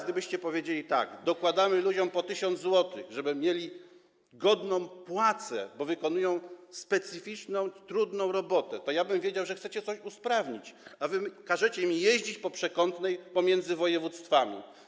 Gdybyście powiedzieli tak: dokładamy ludziom po 1000 zł, żeby mieli godną płacę, bo wykonują specyficzną, trudną robotę, to ja bym wiedział, że chcecie coś usprawnić, a wy każecie im jeździć po przekątnej pomiędzy województwami.